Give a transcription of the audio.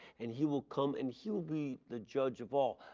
and he will come and he will be the judge of all.